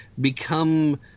become